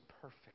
perfect